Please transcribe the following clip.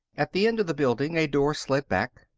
at the end of the building, a door slid back.